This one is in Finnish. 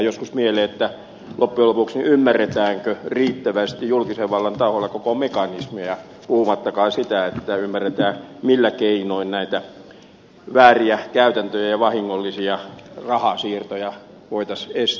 joskus tulee mieleen ymmärretäänkö loppujen lopuksi riittävästi julkisen vallan taholla koko mekanismia puhumattakaan siitä että ymmärretään millä keinoin näitä vääriä käytäntöjä ja vahingollisia rahansiirtoja voitaisiin estää